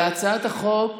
להצעת החוק